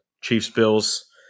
Chiefs-Bills